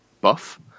buff